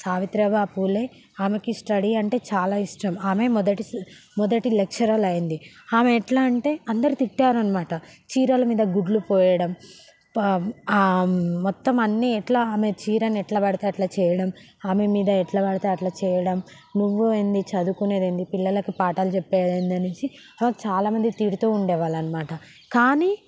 సావిత్రిబాయి పూలే ఆమెకి స్టడీ అంటే చాలా ఇష్టం ఆమె మొదటి మొదటి లెక్చరర్ అయ్యింది ఆమె ఎట్లా అంటే అందరూ తిట్టారు అనమాట చీరలు మీద గుడ్లు పోయడం మొత్తం అన్ని ఎట్లా ఆమె చేరని ఎట్లబడితే అట్లా చేయడం ఆమె మీద ఎట్ల పడితే అట్ల చేయడం నువ్వు ఏందీ చదువుకునేది ఏంది పిల్లలకు పాఠాలు చెప్పేది ఏంది అనేసి చాలామంది తిడుతూ ఉండేవాళ్లు అనమాట కానీ